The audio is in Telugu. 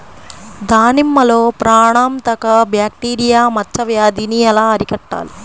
దానిమ్మలో ప్రాణాంతక బ్యాక్టీరియా మచ్చ వ్యాధినీ ఎలా అరికట్టాలి?